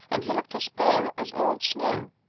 and he looked as pale as old snow.